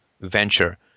venture